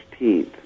16th